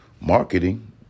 marketing